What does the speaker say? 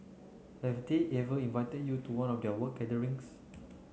have they ever invited you to one of their work gatherings